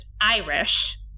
Irish